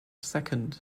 second